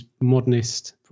modernist